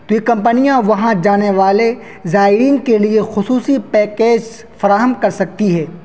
تو یہ کمپنیاں وہاں جانے والے زائرین کے لیے خصوصی پیکیج فراہم کر سکتی ہے